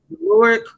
Lord